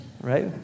right